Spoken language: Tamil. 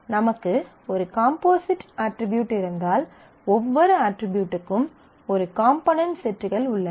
நமக்கு ஒரு காம்போசிட் அட்ரிபியூட் இருந்தால் ஒவ்வொரு அட்ரிபியூட்க்கும் ஒரு காம்போனென்ட் செட்கள் உள்ளன